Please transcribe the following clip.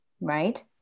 right